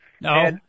No